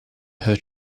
her